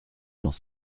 dans